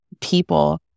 people